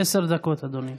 עשר דקות, אדוני.